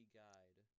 guide